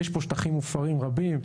יש פה שטחים מופרים רבים.